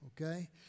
okay